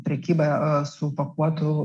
prekybą a supakuotų